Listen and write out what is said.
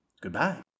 Goodbye